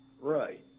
Right